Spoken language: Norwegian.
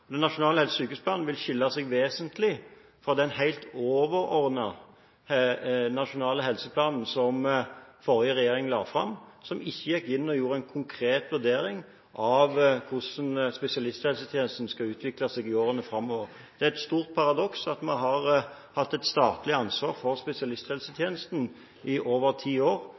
Den nasjonale helse- og sykehusplanen vil skille seg vesentlig fra den helt overordnede nasjonale helseplanen som forrige regjering la fram, der en ikke gikk inn og gjorde en konkret vurdering av hvordan spesialisthelsetjenesten skal utvikle seg i årene framover. Det er et stort paradoks at vi har hatt et statlig ansvar for spesialisthelsetjenesten i over ti år